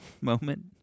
moment